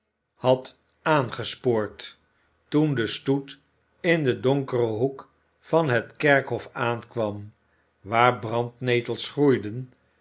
had aangespoord toen de stoet in den donkeren hoek van het kerkhof aankwam waar brandnetels groeiden